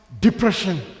depression